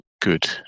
good